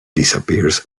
disappears